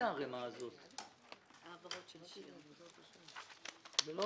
זה